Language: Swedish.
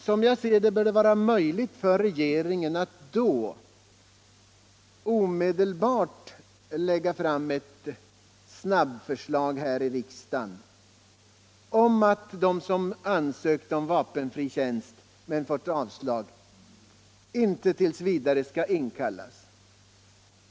Som jag ser det bör det vara möjligt för regeringen att då omedelbart lägga fram ett snabbförslag här i riksdagen om att de som ansökt om vapenfri tjänst men fått avslag intet. v. skall inkallas.